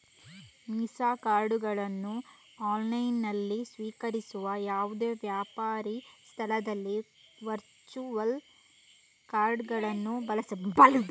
visa ಕಾರ್ಡುಗಳನ್ನು ಆನ್ಲೈನಿನಲ್ಲಿ ಸ್ವೀಕರಿಸುವ ಯಾವುದೇ ವ್ಯಾಪಾರಿ ಸ್ಥಳದಲ್ಲಿ ವರ್ಚುವಲ್ ಕಾರ್ಡುಗಳನ್ನು ಬಳಸಬಹುದು